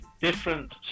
different